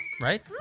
right